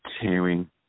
tearing